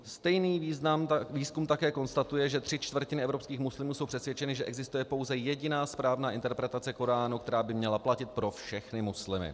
Stejný výzkum také konstatuje, že tři čtvrtiny evropských muslimů jsou přesvědčeny, že existuje pouze jediná správná interpretace koránu, která by měla platit pro všechny muslimy.